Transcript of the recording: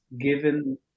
given